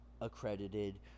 accredited